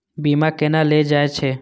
बीमा केना ले जाए छे?